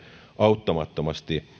auttamattomasti